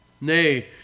Nay